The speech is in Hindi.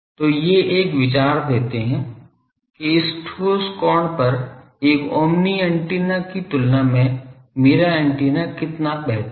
तो ये एक विचार देते हैं कि इस ठोस कोण पर एक ओमनी एंटीना की तुलना में मेरा एंटीना कितना बेहतर है